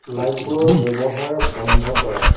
লাইটবোৰৰ ব্যৱহাৰ বন্ধ কৰা